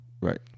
Right